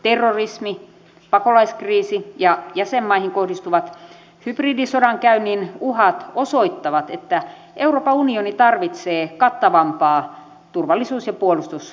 terrorismi pakolaiskriisi ja jäsenmaihin kohdistuvat hybridisodankäynnin uhat osoittavat että euroopan unioni tarvitsee kattavampaa turvallisuus ja puolustusyhteistyötä